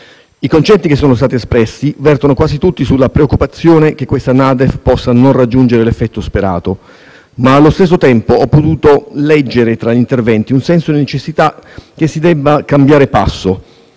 I concetti che sono stati espressi vertono quasi tutti sulla preoccupazione che questa NADEF possa non raggiungere l'effetto sperato, ma allo stesso tempo ho potuto leggere tra gli interventi un senso di necessità che si debba cambiare passo